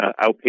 outpatient